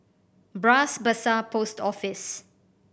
Bras Basah Post Office